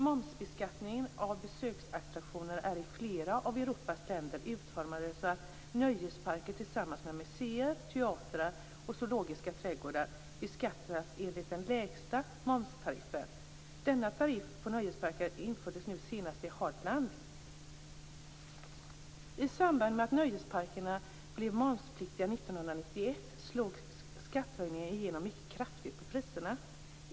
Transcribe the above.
Momsbeskattningen av besöksattraktioner är i flera av Europas länder utformade så att nöjesparker tillsammans med museer, teatrar och zoologiska trädgårdar beskattas enligt den lägsta momstariffen. Denna tariff för nöjesparker infördes nu senast i Holland. I samband med att nöjesparkerna blev momspliktiga 1991 slog dessa skattehöjningar kraftigt igenom på priserna.